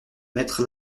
maître